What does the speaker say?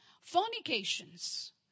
fornications